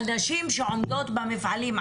על נשים שעובדות במפעלים,